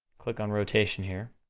click on rotation here,